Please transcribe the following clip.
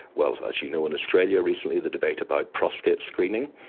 well, as you know in australia recently, the debate about prostate screening.